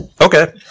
Okay